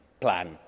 plan